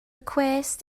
cwest